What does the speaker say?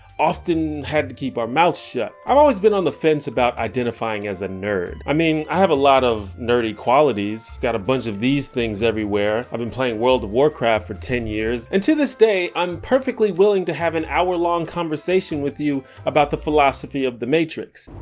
often had to keep our mouths shut. i've always been on the fence about identifying as a nerd. i mean, i have a lot of nerdy qualities. i've got a bunch of these things everywhere. i've been playing world of warcraft for ten years. and to this day, i'm perfectly willing to have an hour long conversation with you about the philosophy of the matrix.